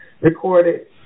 recorded